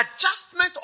adjustment